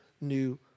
new